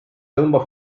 tõmbab